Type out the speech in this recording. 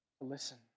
listen